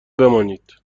بمانید